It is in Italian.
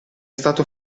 stato